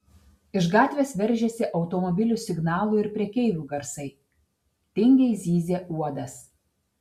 iš gatvės veržėsi automobilių signalų ir prekeivių garsai tingiai zyzė uodas